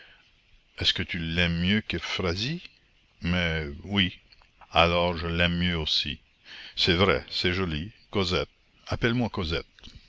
est-ce que tu l'aimes mieux qu'euphrasie mais oui alors je l'aime mieux aussi c'est vrai c'est joli cosette appelle-moi cosette